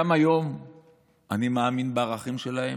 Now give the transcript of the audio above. גם היום אני מאמין בערכים שלהם,